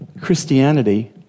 Christianity